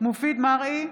מופיד מרעי,